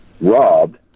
robbed